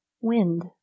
wind